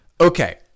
Okay